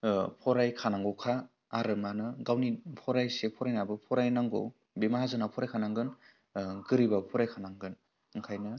फरायखानांगौखा आरो मानो गावनि फरायसे फरायनाबो फरायनांगौ बे माहाजोना फरायखानांगोन गोरिबाबो फरायखानांगोन ओंखायनो